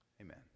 Amen